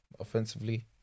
offensively